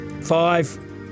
five